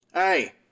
Hey